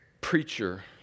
preacher